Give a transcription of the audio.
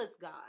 God